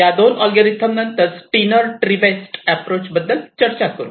या दोन अल्गोरिदम या नंतर स्टीनर ट्रि बेस्ट अॅप्रोचेस बद्दल चर्चा करू